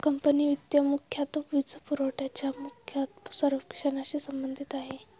company वित्त मुख्यतः वित्तपुरवठ्याच्या पर्यवेक्षणाशी संबंधित आहे